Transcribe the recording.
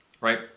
right